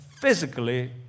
physically